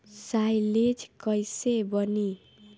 Silage कईसे बनी?